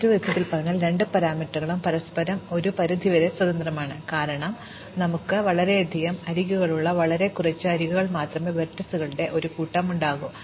മറ്റൊരു വിധത്തിൽ പറഞ്ഞാൽ രണ്ട് പാരാമീറ്ററുകളും പരസ്പരം ഒരു പരിധിവരെ സ്വതന്ത്രമാണ് കാരണം നമുക്ക് വളരെയധികം അരികുകളുള്ള വളരെ കുറച്ച് അരികുകൾ മാത്രമേ വെർട്ടീസുകളുടെ ഒരു കൂട്ടം ഉണ്ടാകൂ